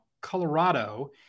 Colorado